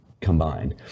Combined